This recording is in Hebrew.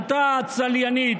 ענתה הצליינית: